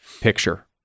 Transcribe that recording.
picture